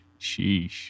Sheesh